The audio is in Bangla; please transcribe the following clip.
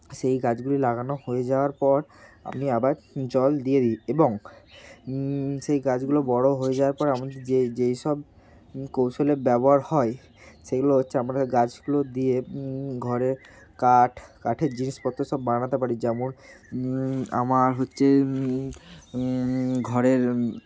সেই গাছগুলি লাগানো হয়ে যাওয়ার পর আমি আবার জল দিয়ে দিই এবং সেই গাছগুলো বড় হয়ে যাওয়ার পর আমি যে যেই সব কৌশল ব্যবহার হয় সেইগুলো হচ্ছে আমরা গাছগুলো দিয়ে ঘরের কাঠ কাঠের জিনিসপত্র সব বানাতে পারি যেমন আমার হচ্ছে ঘরের